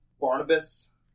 Barnabas